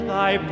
Thy